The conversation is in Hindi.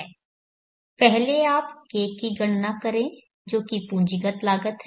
पहले आप K की गणना करें जो कि पूंजीगत लागत है